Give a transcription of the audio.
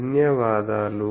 ధన్యవాదాలు